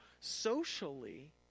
socially